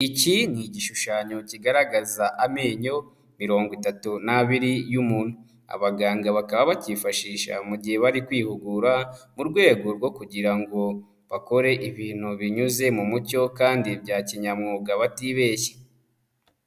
Iki ni igishushanyo kigaragaza amenyo mirongo itatu n'abiri y'umuntu. Abaganga bakaba bacyifashisha mu gihe bari kwihugura mu rwego rwo kugira ngo bakore ibintu binyuze mu mucyo kandi bya kinyamwuga batibeshye.